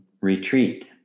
retreat